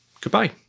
Goodbye